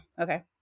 Okay